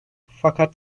fakat